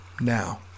Now